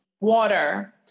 water